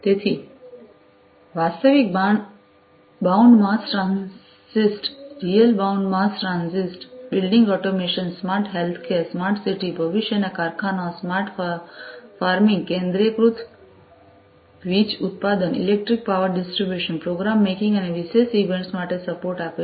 તેથી પ્રથમ એક વાસ્તવિક bound mass transit real bound mass transit building automation smart healthcare smart city ભવિષ્યના કારખાનાઓ સ્માર્ટ ફાર્મિંગ કેન્દ્રીયકૃત વીજ ઉત્પાદન electric power distribution program making અને વિશેષ ઇવેન્ટ્સ માટે સપોર્ટ આપે છે